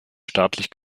staatlich